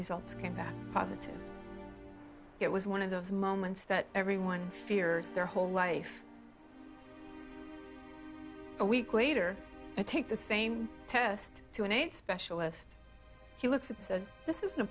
results came back positive it was one of those moments that everyone fears their whole life a week later i take the same test to an eight specialist he looks at says this isn't a